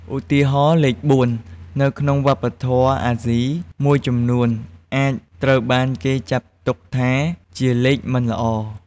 ឧទាហរណ៍ លេខ ៤ នៅក្នុងវប្បធម៌អាស៊ីមួយចំនួនអាចត្រូវបានគេចាត់ទុកថាជាលេខមិនល្អ។